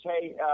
Hey